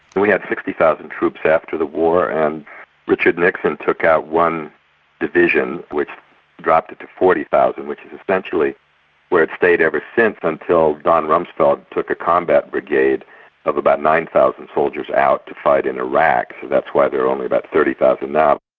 we had sixty thousand troops after the war and richard nixon took one division which dropped it to forty thousand which is essentially where it's stayed ever since, until donald rumsfeld took a combat brigade of about nine thousand soldiers out to fight in iraq, so that's why there are only about thirty thousand now.